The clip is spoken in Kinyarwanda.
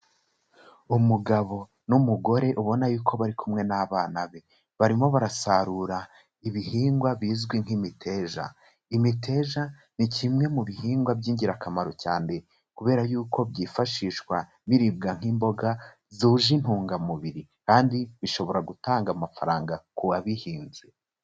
Umugabo n'umugore ubona yuko bari kumwe n'abana be, barimo barasarura ibihingwa bizwi nk'imiteja, imiteja ni kimwe mu bihingwa by'ingirakamaro cyane kubera yuko byifashishwa biribwa nk'imboga zuje intungamubiri, kandi bishobora gutanga amafaranga ku wabihinze.